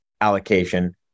allocation